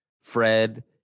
Fred